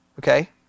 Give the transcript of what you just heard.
Okay